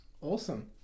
awesome